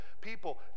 people